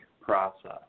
process